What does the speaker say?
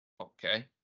Okay